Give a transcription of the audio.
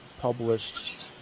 published